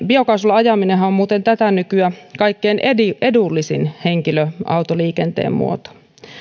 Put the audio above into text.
biokaasulla ajaminenhan on muuten tätä nykyä kaikkein edullisin henkilöautoliikenteen muoto